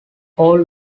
all